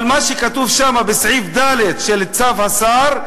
אבל מה שקשור שם, בסעיף ד' של צו השר,